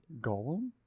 golem